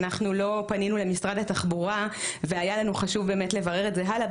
אנחנו לא פנינו למשרד התחבורה והיה לנו חשוב באמת לברר את זה הלאה.